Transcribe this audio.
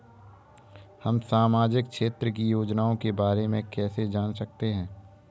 हम सामाजिक क्षेत्र की योजनाओं के बारे में कैसे जान सकते हैं?